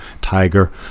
Tiger